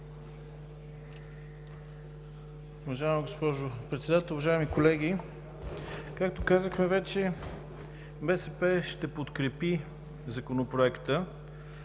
Уважаема госпожо Председател, уважаеми колеги! Както казахме вече, БСП ще подкрепи Законопроекта.